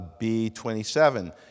B27